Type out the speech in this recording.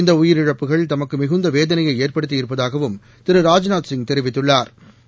இந்த உயிரிழப்புகள் தமக்கு மிகுந்த வேதனையை ஏற்படுத்தி இருப்பதாகவும் திரு ராஜ்நாத்சிங் தெரிவித்துள்ளாா்